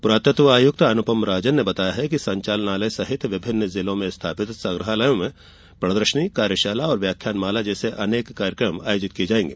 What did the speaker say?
पुरातत्व आयुक्त अनुपम राजन ने बताया है कि संचालनालय सहित विभिन्न जिलों में स्थापित संग्रहालयों में प्रदर्शनी कार्यशाला और व्याख्यान माला जैसे विभिन्न कार्यक्रम आयोजित किये जायेंगे